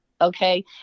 Okay